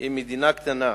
היא מדינה קטנה,